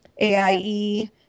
AIE